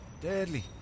deadly